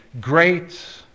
great